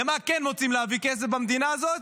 למה כן רוצים להביא כסף במדינה הזאת?